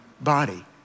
body